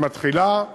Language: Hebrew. היא מתחילה,